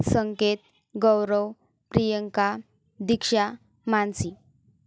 Sanket Gaurav Priyanka Diksha Mansi